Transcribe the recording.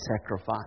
sacrifice